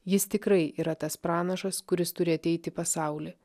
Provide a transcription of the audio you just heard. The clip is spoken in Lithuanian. jis tikrai yra tas pranašas kuris turi ateit į pasaulį